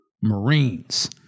Marines